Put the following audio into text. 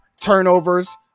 Turnovers